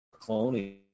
cloning